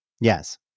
Yes